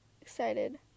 excited